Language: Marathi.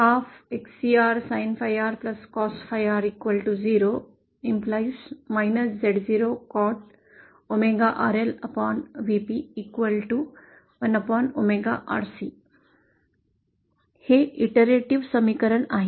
हे पुनरावृत्ती समीकरण आहे